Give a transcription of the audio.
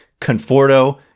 Conforto